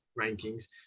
rankings